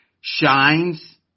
shines